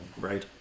Right